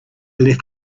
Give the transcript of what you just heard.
left